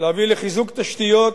להביא לחיזוק תשתיות,